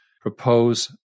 propose